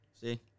See